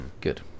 good